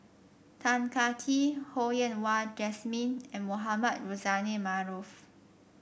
Tan Kah Kee Ho Yen Wah Jesmine and Mohamed Rozani Maarof